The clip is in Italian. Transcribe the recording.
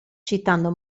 citando